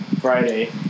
Friday